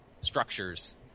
structures